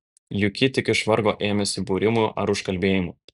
juk ji tik iš vargo ėmėsi būrimų ar užkalbėjimų